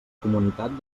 comunitat